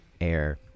air